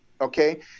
Okay